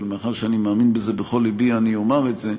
אבל מאחר שאני מאמין בזה בכל לבי אני אומר את זה.